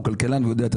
הוא כלכלן והוא יודע.